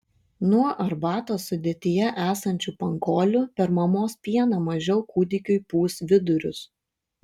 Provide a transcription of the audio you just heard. nuo arbatos sudėtyje esančių pankolių per mamos pieną mažiau kūdikiui pūs vidurius